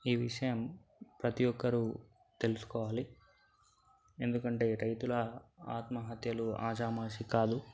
ఈ విషయం ప్రతీ ఒక్కరు తెలుసుకోవాలి ఎందుకంటే రైతుల ఆత్మహత్యలు ఆషామాషీ కాదు